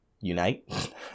Unite